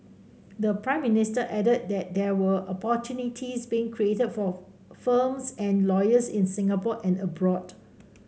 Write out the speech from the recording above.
the Prime Minister added that there were opportunities being created for firms and lawyers in Singapore and abroad